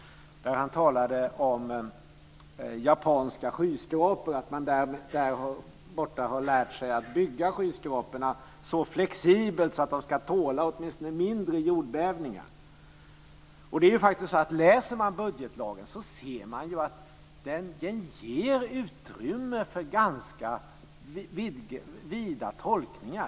Han talade om att man i Japan har lärt sig att bygga flexibla skyskrapor så att de ska tåla åtminstone mindre jordbävningar. Läser man budgetlagen ser man att den ger utrymme för ganska vida tolkningar.